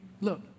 look